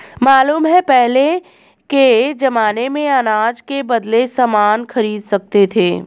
मालूम है पहले के जमाने में अनाज के बदले सामान खरीद सकते थे